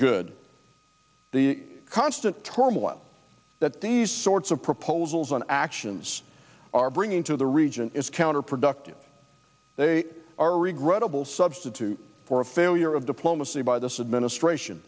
good constant turmoil that these sorts of proposals on actions are bringing to the region is counterproductive they are regrettable substitute for a failure of diplomacy by this administration